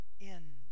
end